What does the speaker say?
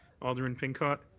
alderman pincott?